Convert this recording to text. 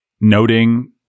noting